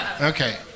Okay